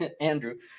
Andrew